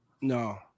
No